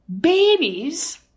babies